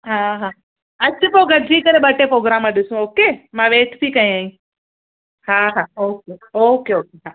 हा हा अचु पोइ गॾिजी करे ॿ टे प्रोग्राम ॾिसूं ओके मां वेट थी कयईं हा हा ओके ओके ओके हा